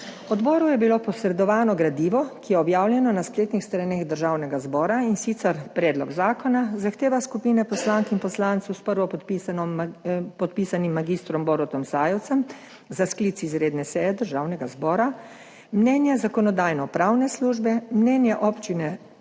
Odboru je bilo posredovano gradivo, ki je objavljeno na spletnih straneh Državnega zbora in sicer, predlog zakona, zahteva skupine poslank in poslancev, s prvopodpisanim podpisanim mag. Borutom Sajovicem za sklic izredne seje Državnega zbora, mnenje Zakonodajno-pravne službe, mnenje Občine